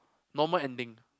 normal ending